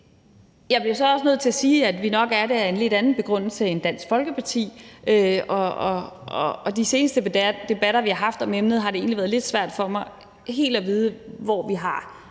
Jeg bliver så også nødt til at sige, at vi nok er det med en lidt anden begrundelse end Dansk Folkeparti. I de seneste debatter, vi har haft om emnet, har det egentlig været lidt svært for mig helt at vide, hvor vi har